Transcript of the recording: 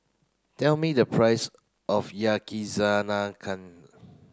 tell me the price of Yakizakana